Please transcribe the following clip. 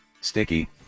sticky